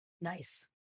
Nice